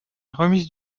remise